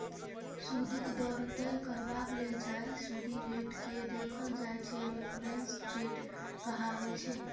सुदिक दर तय करबाक लेल जाहि सुदि रेटकेँ देखल जाइ छै रेफरेंस रेट कहाबै छै